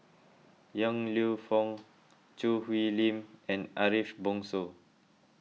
Yong Lew Foong Choo Hwee Lim and Ariff Bongso